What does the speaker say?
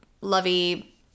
lovey